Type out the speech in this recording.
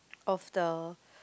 of the